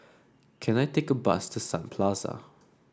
can I take a bus to Sun Plaza